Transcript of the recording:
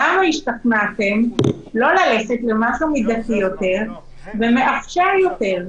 למה השתכנעתם לא ללכת למשהו מידתי יותר ומאפשר יותר.